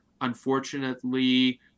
unfortunately